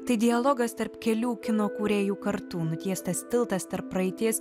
tai dialogas tarp kelių kino kūrėjų kartų nutiestas tiltas tarp praeities